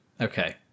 Okay